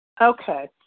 Okay